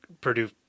Purdue